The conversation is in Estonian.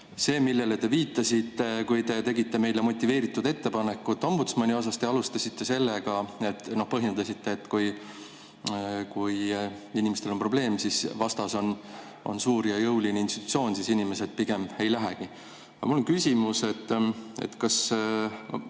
see, millele te viitasite, kui te tegite meile motiveeritud ettepaneku ombudsmani kohta. Te alustasite sellega, et põhjendasite, et kui inimestel on probleem ja vastas on suur ja jõuline institutsioon, siis inimesed pigem ei lähegi [oma õigust